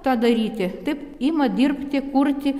tą daryti taip ima dirbti kurti